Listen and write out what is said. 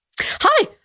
Hi